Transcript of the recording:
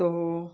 તો